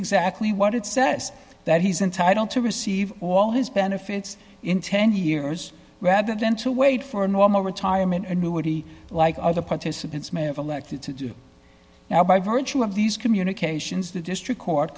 exactly what it says that he's entitled to receive all his benefits in ten years rather than to wait for a normal retirement and moody like other participants may have elected to do now by virtue of these communications the district court